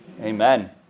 Amen